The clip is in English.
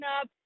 up